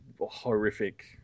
horrific